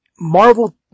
Marvel